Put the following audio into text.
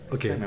Okay